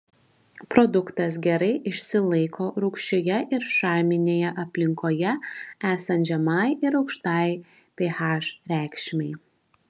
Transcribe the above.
produktas gerai išsilaiko rūgščioje ir šarminėje aplinkoje esant žemai ir aukštai ph reikšmei